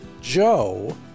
Joe